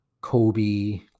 Kobe